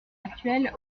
actuelle